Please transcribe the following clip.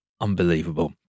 Unbelievable